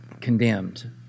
condemned